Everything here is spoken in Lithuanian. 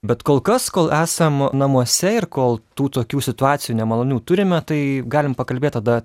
bet kol kas kol esam namuose ir kol tų tokių situacijų nemalonių turime tai galim pakalbėt tada